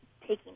taking